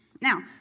Now